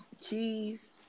Cheese